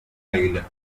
águila